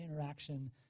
interaction